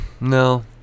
No